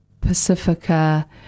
Pacifica